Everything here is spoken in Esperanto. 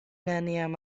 neniam